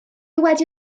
wedi